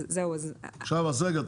רגע,